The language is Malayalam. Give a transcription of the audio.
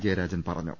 ജയരാജൻ പറ ഞ്ഞു